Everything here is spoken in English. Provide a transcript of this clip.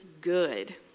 good